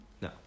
No